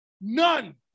none